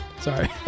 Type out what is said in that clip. Sorry